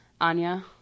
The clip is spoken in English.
Anya